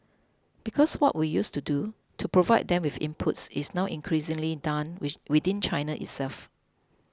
because what we used to do to provide them with inputs is now increasingly done within China itself